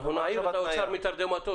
אנחנו נעיר את האוצר מתרדמתו.